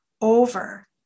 over